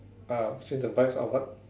ah change the vibes ah what